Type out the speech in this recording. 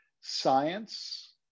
science